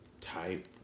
Type